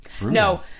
No